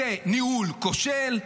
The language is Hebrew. זה ניהול כושל.